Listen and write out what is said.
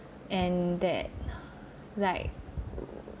and that like